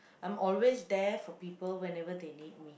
I'm always there for people whenever they need me